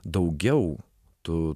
daugiau tų